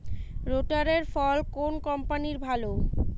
রোটারের ফল কোন কম্পানির ভালো?